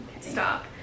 stop